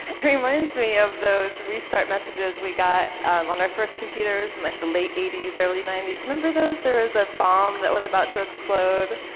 it reminds me of those restart messages we got on our first computers in like the late eighty s, early ninety s. remember those? there was a bomb that was about to explode.